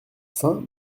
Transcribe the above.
saint